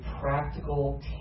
practical